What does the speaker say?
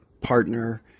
partner